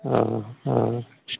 অঁ অঁ